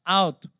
out